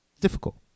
difficult